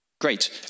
Great